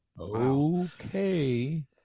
Okay